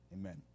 amen